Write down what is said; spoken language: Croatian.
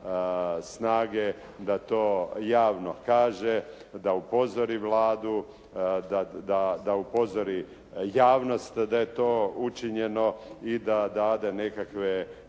snage da to javno kaže, da upozori Vladu. Da upozori javnost da je to učinjeno i da dade nekakve